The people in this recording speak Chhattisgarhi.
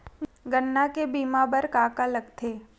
गन्ना के बीमा बर का का लगथे?